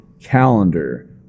calendar